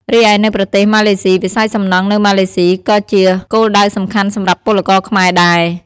រីឯនៅប្រទេសម៉ាឡេស៊ី វិស័យសំណង់នៅម៉ាឡេស៊ីក៏ជាគោលដៅសំខាន់សម្រាប់ពលករខ្មែរដែរ ។